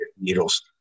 needles